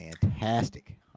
Fantastic